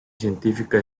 científica